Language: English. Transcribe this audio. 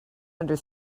under